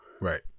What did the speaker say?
right